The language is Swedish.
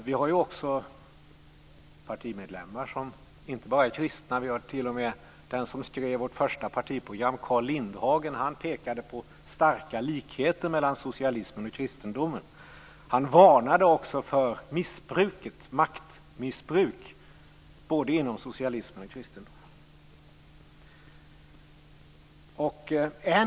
Vi har också partimedlemmar som är kristna, och den som skrev vårt första partiprogram, Carl Lindhagen, pekade på starka likheter mellan socialismen och kristendomen. Han varnade också för maktmissbruk både inom socialismen och kristendomen.